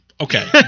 Okay